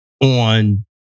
on